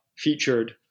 Featured